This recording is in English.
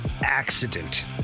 accident